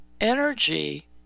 Energy